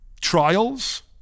trials